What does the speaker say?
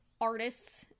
artists